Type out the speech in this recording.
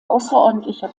außerordentlicher